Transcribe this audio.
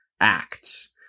acts